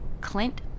Clint